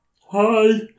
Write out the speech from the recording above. Hi